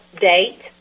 date